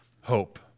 hope